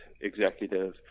executive